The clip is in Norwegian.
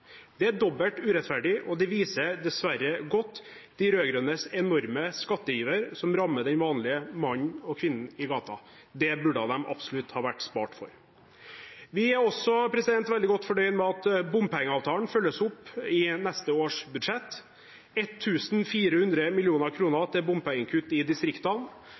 Det er dobbelt urettferdig, og det viser dessverre godt de rød-grønnes enorme skatteiver, som rammer den vanlige mann og kvinne i gata. Det burde de absolutt ha vært spart for. Vi er også veldig godt fornøyd med at bompengeavtalen følges opp i neste års budsjett – 1 400 mill. kr til bompengekutt i distriktene,